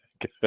good